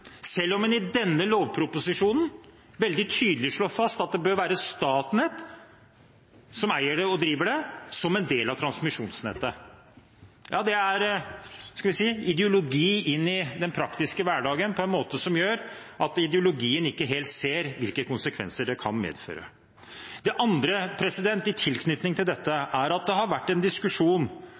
selv om en i denne lovproposisjonen veldig tydelig slår fast at det bør være Statnett som eier og driver det, som en del av transmisjonsnettet. Det er – skal vi si – ideologi i den praktiske hverdagen der ideologien ikke helt ser hvilke konsekvenser det kan medføre. Det andre i tilknytning til dette er at det har vært en diskusjon